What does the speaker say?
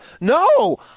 No